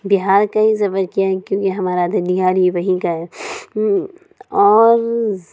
بہار کا ہی سفر کیا ہے کیونکہ ہمارا ددھیال بھی وہیں کا ہے اور